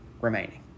remaining